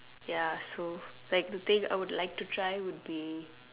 ya so like the thing I would like to try would be